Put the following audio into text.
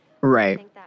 right